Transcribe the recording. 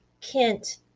Kent